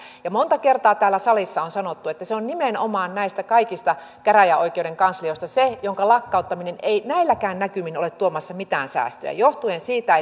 monta kertaa täällä salissa on sanottu että se on nimenomaan näistä kaikista käräjäoikeuden kanslioista se jonka lakkauttaminen ei näilläkään näkymin ole tuomassa mitään säästöjä johtuen siitä